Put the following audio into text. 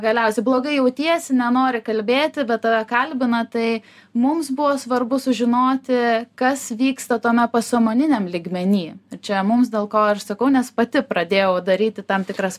galiausiai blogai jautiesi nenori kalbėti bet tave kalbina tai mums buvo svarbu sužinoti kas vyksta tame pasąmoniniam lygmeny čia mums dėl ko ir sakau nes pati pradėjau daryti tam tikras